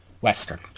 western